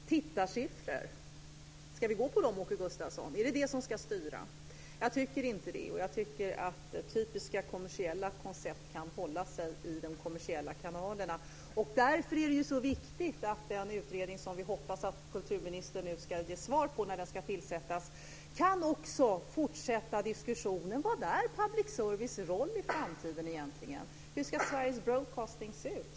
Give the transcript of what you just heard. Fru talman! Tittarsiffror - ska vi gå på dem, Åke Gustavsson? Är det de som ska styra? Jag tycker inte det, och jag tycker att typiska kommersiella koncept kan hålla sig i de kommersiella kanalerna. Därför är det också så viktigt att den utredning som vi hoppas att kulturministern nu ska ge svar på när den ska tillsättas kan fortsätta diskussionen. Vad är public services roll i framtiden egentligen? Hur ska Sveriges broadcasting se ut?